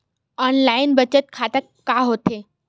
Online बचत खाता का होथे?